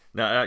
Now